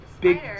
Big